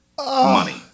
money